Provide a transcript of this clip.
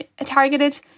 targeted